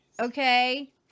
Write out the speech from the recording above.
Okay